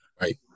Right